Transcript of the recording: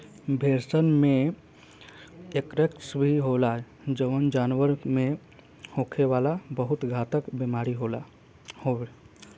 भेड़सन में एंथ्रेक्स भी होला जवन जानवर में होखे वाला बहुत घातक बेमारी हवे